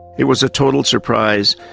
it was a total surprise.